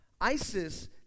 ISIS